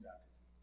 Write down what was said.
baptism